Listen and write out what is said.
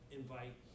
invite